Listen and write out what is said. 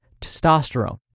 testosterone